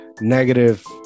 Negative